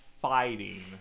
fighting